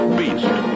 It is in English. beast